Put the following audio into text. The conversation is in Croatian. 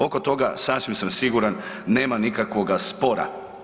Oko toga sasvim sam siguran nema nikakvoga spora.